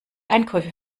einkäufe